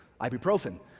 ibuprofen